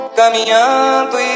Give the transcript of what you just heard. caminhando